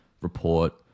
report